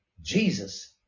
Jesus